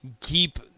keep –